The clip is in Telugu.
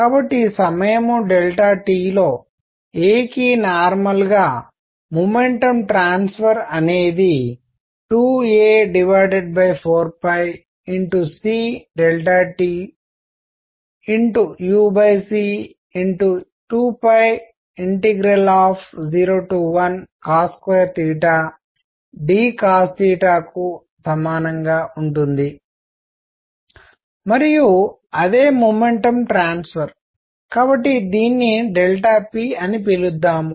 కాబట్టి సమయం t లో a కి నార్మల్ గా మొమెంటం ట్రాన్స్ఫర్ అనేది 2a4c tuc201cos2 d కు సమానంగా ఉంటుంది మరియు అదే మొమెంటం ట్రాన్స్ఫర్ కాబట్టి దీన్నిp అని పిలుద్దాం